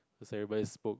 so everybody spoke